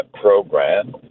program